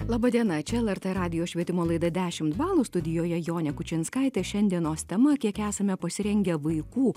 laba diena čia lrt radijo švietimo laida dešimt balų studijoje jonė kučinskaitė šiandienos tema kiek esame pasirengę vaikų